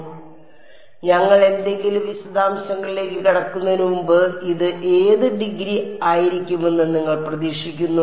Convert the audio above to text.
അതിനാൽ ഞങ്ങൾ എന്തെങ്കിലും വിശദാംശങ്ങളിലേക്ക് കടക്കുന്നതിന് മുമ്പ് ഇത് ഏത് ഡിഗ്രി ആയിരിക്കുമെന്ന് നിങ്ങൾ പ്രതീക്ഷിക്കുന്നു